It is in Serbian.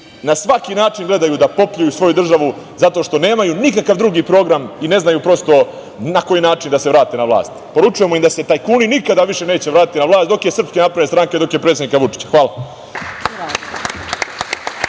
na svaki način gledaju da popljuju svoju državu, jer nemaju nikakav drugi program i ne znaju na koji način da se vrate na vlast. Poručujemo im da se tajkuni nikada više neće vratiti na vlast dok je SNS, dok je predsednika Vučića. Hvala.